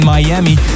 Miami